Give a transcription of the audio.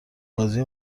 بازی